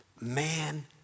Man